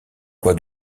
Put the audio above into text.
quoi